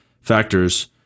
factors